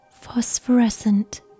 Phosphorescent